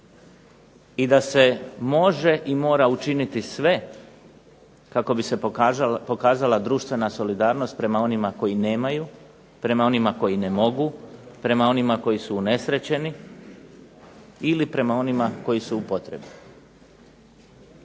i da se može i mora učiniti sve kako bi se pokazala društvena solidarnost prema onima koji nemaju, prema onima koji ne mogu, prema onima koji su unesrećeni ili prema onima koji su u potrebi.